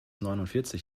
neunundvierzig